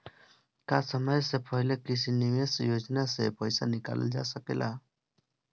का समय से पहले किसी निवेश योजना से र्पइसा निकालल जा सकेला?